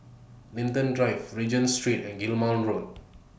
Linden Drive Regent Street and Guillemard Road